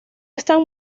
están